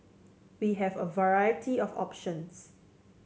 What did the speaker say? we have a variety of options